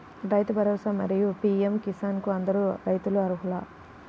రైతు భరోసా, మరియు పీ.ఎం కిసాన్ కు అందరు రైతులు అర్హులా?